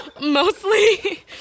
mostly